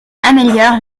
améliore